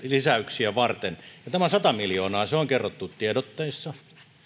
lisäyksiä varten ja tämä sata miljoonaa se on kerrottu tiedotteissa